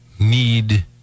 need